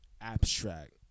abstract